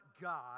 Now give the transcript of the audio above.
God